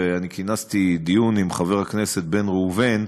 וכינסתי דיון עם חבר הכנסת בן ראובן,